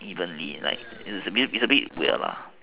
evenly lah it's a bit weird lah